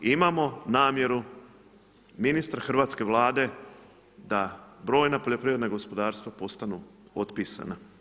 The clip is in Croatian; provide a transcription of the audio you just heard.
I imamo namjeru, ministar hrvatske Vlade da brojna poljoprivredna gospodarstva postanu otpisana.